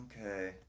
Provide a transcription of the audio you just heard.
okay